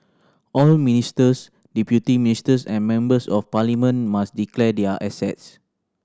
all ministers deputy ministers and members of parliament must declare their assets